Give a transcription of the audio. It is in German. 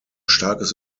starkes